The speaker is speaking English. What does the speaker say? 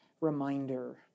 reminder